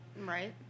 Right